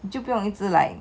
你就不用一直 like